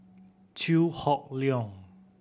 Chew Hock Leong